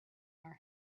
our